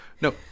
No